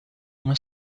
una